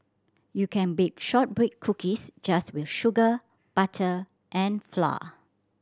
you can bake shortbread cookies just with sugar butter and flour